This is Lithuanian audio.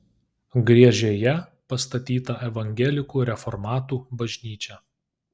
griežėje pastatyta evangelikų reformatų bažnyčia